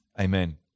Amen